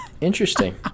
Interesting